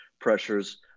pressures